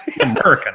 American